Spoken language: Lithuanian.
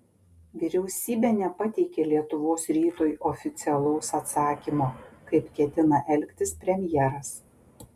vyriausybė nepateikė lietuvos rytui oficialaus atsakymo kaip ketina elgtis premjeras